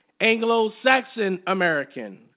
Anglo-Saxon-American